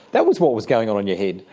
that was what was going on in your head.